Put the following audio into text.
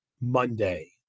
Monday